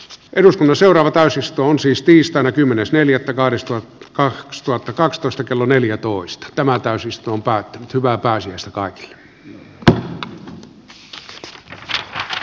eduskunnan seuraava pääsystä on siis tiistaina kymmenes neljättä karistaa kaksituhattakaksitoista kello neljätoista tämä näitten jäätyneitten konfliktien osalta